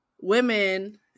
women